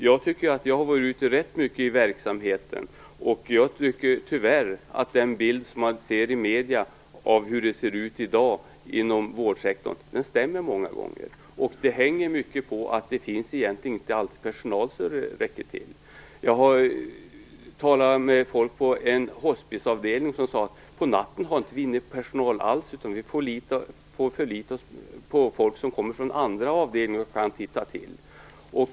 Jag har varit ute i verksamheten ganska mycket, och jag tycker tyvärr att den bild man ser i medierna av hur det ser ut i dag i vårdsektorn många gånger stämmer. Det hänger mycket på att det inte alltid finns personal så det räcker till. Jag har talat med folk på en hospiceavdelning som sade att de inte har någon personal alls på natten, utan då får de förlita sig på att folk från andra avdelningar kan komma och titta till patienterna.